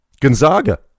Gonzaga